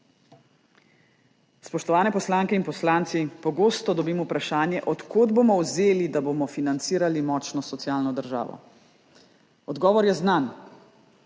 Spoštovane poslanke in poslanci, pogosto dobim vprašanje, od kod bomo vzeli, da bomo financirali močno socialno državo. Odgovor je znan.